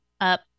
up